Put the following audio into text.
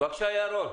בבקשה ירון.